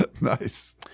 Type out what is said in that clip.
Nice